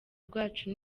rwacu